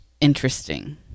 Interesting